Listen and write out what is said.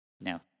Now